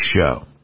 show